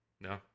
No